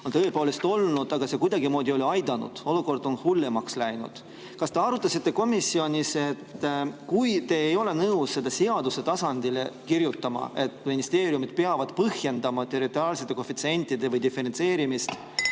on tõepoolest nii olnud, aga see kuidagimoodi ei ole aidanud, olukord on hullemaks läinud. Kas te arutasite komisjonis, et kui te ei ole nõus seaduse tasandile kirjutama, et ministeeriumid peavad põhjendama, [miks] nad territoriaalsete koefitsientide põhjal diferentseerimist